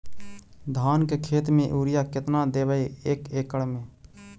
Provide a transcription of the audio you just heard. धान के खेत में युरिया केतना देबै एक एकड़ में?